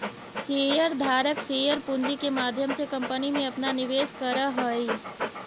share धारक share पूंजी के माध्यम से कंपनी में अपना निवेश करऽ हई